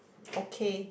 okay